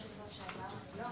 שאמרתי,